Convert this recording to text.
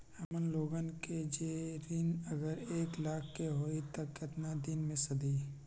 हमन लोगन के जे ऋन अगर एक लाख के होई त केतना दिन मे सधी?